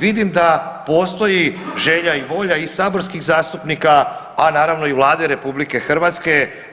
Vidim da postoji želja i volja i saborskih zastupnika, a naravno i Vlade RH,